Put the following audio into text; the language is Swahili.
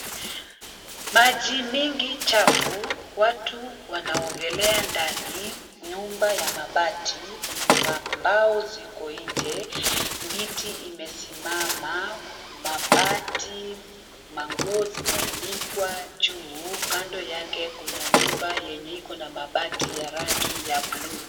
Maji mingi chafu, watu wanaogelea ndani, nyumba ya mabati mambao ziko nje miti imesimama, manguo zimeanikwa juu, kando yake kuna nyumba yenye iko na mabati ya rangi ya buluu.